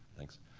thanks.